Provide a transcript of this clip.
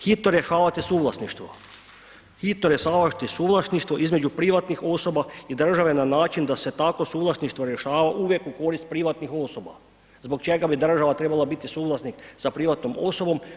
Hitno rješavajte suvlasništvo, hitno rješavajte suvlasništvo između privatnih osoba i države na način da se tako suvlasništvo rješava uvijek u korist privatnih osoba, zbog čega bi država trebala biti suglasnik sa privatnom osobom.